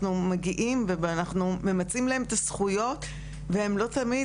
אנחנו מגיעים ואנחנו ממצים להם את הזכויות והם לא תמיד